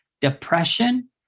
depression